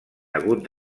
hagut